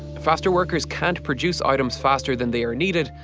faster workers can't produce items faster than they are needed,